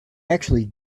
actually